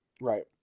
Right